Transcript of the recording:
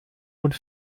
und